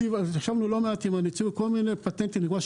ישבנו לא מעט עם הנציב על כל מיני פטנטים לדוגמה,